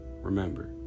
Remember